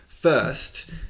First